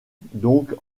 donc